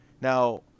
now